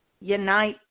unite